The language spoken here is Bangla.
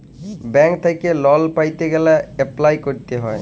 ব্যাংক থ্যাইকে লল পাইতে গ্যালে এপ্লায় ক্যরতে হ্যয়